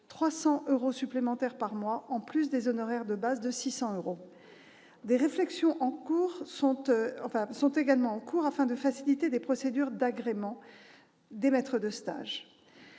300 euros supplémentaires par mois, en plus des honoraires de base de 600 euros. Des réflexions sont également en cours afin de faciliter les procédures d'agrément des maîtres de stage.